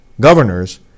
governors